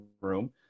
room